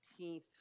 18th